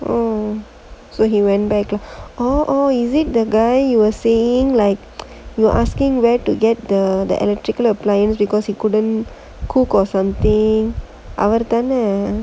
oh so he went back or is it the guy you were saying like you were asking where to get the the electrical appliance because he couldn't cook on sunday hour அவரு தானே:avaru thaanae